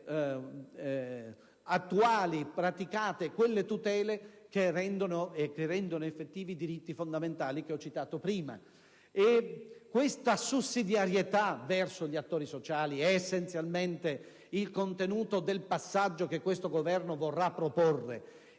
attuali e praticate quelle tutele che rendono effettivi i diritti fondamentali a cui mi riferivo. Questa sussidiarietà verso gli attori sociali è essenzialmente il contenuto del passaggio che questo Governo vorrà proporre: